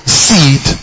seed